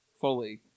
fully